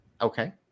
okay